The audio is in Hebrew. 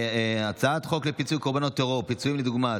הצעת חוק לפיצוי קורבנות טרור (פיצויים לדוגמה),